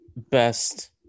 best